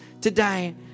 today